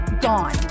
gone